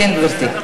כן, גברתי.